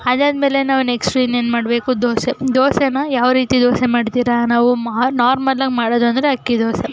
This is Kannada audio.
ಅದಾದ್ಮೇಲೆ ನಾವು ನೆಕ್ಸ್ಟು ಇನ್ನೇನು ಮಾಡಬೇಕು ದೋಸೆ ದೋಸೆನ ಯಾವ ರೀತಿ ದೋಸೆ ಮಾಡ್ತೀರ ನಾವು ಮಾ ನಾರ್ಮಲ್ಲಾಗಿ ಮಾಡೋದೆಂದರೆ ಅಕ್ಕಿ ದೋಸೆ